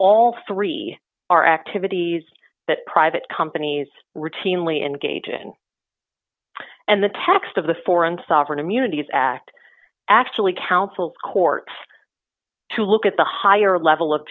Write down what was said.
all three are activities that private companies routinely engage in and the text of the foreign sovereign immunity is act actually counsel courts to look at the higher level of